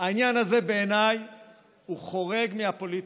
העניין הזה בעיניי הוא חורג מהפוליטיקה.